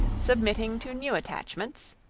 submitting to new attachments,